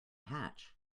hatch